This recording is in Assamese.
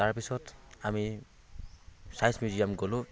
তাৰপিছত আমি ছায়েঞ্চ মিউজিয়াম গ'লো